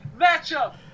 matchup